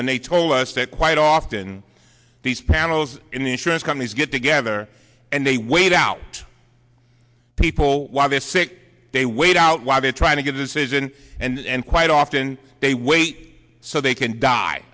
when they told us that quite often these panels in the insurance companies get together and they wait out people while they're sick they wait out while they try to get a decision and quite often they wait so they can die